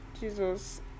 Jesus